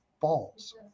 balls